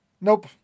Nope